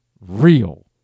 real